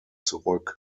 zurück